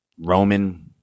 Roman